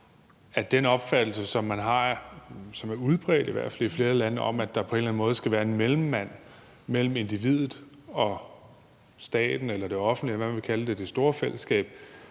om, at den opfattelse, som man har, og som i hvert fald er udbredt i flere lande, om, at der på en eller anden måde skal være en mellemmand mellem individet og staten eller det offentlige, eller hvad man vil kalde det, det store fællesskab,